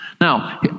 Now